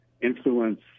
influence